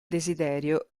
desiderio